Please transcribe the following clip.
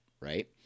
right